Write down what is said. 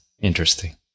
interesting